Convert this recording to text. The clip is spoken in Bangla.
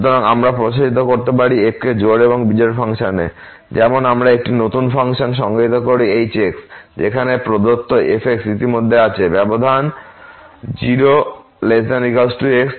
সুতরাং আমরা প্রসারিত করতে পারি f কে জোড় এবং বিজোড় ফাংশনে যেমন আমরা একটি নতুন ফাংশন সংজ্ঞায়িত করি h যেখানে প্রদত্ত f ইতিমধ্যেই আছে ব্যবধান 0≤x L তে